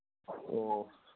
ꯑꯣ